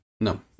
No